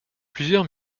plusieurs